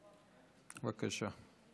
בבקשה.